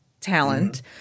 talent